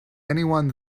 anyone